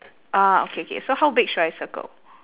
ah okay K so how big should I circle